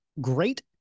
great